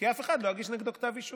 כי אף אחד לא יגיש נגדו כתב אישום.